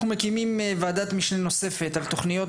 אנחנו מקימים ועדת משנה נוספת על תוכניות